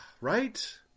Right